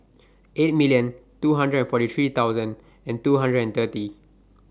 eight million two hundred and forty three thousand and two hundred and thirty